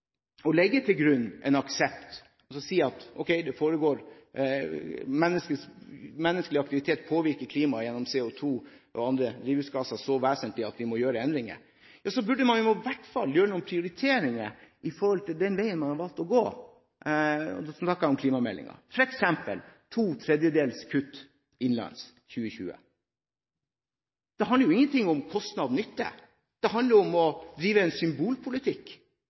og legge til grunn en aksept og si: Ok, menneskelig aktivitet påvirker klimaet gjennom CO2 og andre drivhusgasser så vesentlig at vi må gjøre endringer. Da burde man jo i hvert fall gjøre noen prioriteringer i forhold til den veien man har valgt å gå – og da snakker jeg om klimameldingen – f.eks. to tredjedels kutt innenlands innen 2020. Det handler ikke om kostnad og nytte, det handler om å drive en symbolpolitikk.